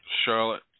Charlotte